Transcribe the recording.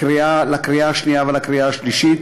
לקריאה השנייה ולקריאה השלישית.